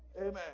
Amen